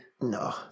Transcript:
No